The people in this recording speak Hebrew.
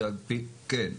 כן.